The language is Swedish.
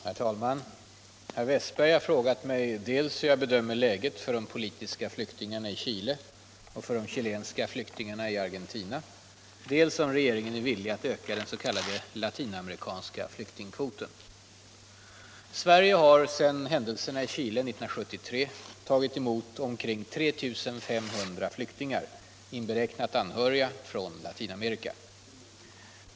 Herr talman! Herr Wästberg i Stockholm har frågat mig dels hur jag bedömer läget för de politiska fångarna i Chile och för de chilenska flyktingarna i Argentina, dels om regeringen är villig att öka den s.k. latinamerikanska flyktingkvoten. Sverige har efter händelserna i Chile 1973 tagit emot omkring 3 500 flyktingar — inberäknat anhöriga — från Latinamerika.